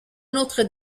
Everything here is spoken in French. autre